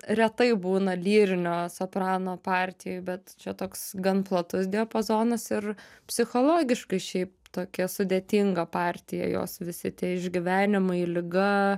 retai būna lyrinio soprano partijų bet čia toks gan platus diapazonas ir psichologiškai šiaip tokia sudėtinga partija jos visi tie išgyvenimai liga